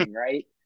Right